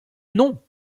non